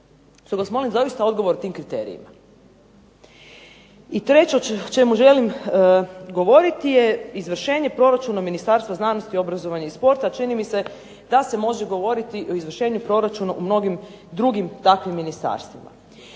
Stoga vas molim zaista odgovor o tim kriterijima. I treće o čemu želim govoriti je izvršenje proračuna Ministarstva znanosti, obrazovanja i sporta čini mi se da se može govoriti o izvršenju proračuna u mnogim drugim takvim ministarstvima.